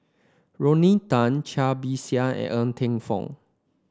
Rodney Tan Cai Bixia and Ng Teng Fong